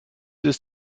ist